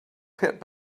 pit